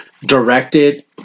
directed